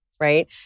Right